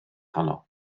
honno